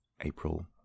April